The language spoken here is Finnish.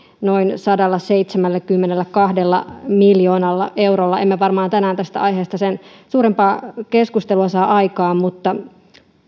noin sadallaseitsemälläkymmenelläkahdella miljoonalla eurolla emme varmaan tänään tästä aiheesta sen suurempaa keskustelua saa aikaan mutta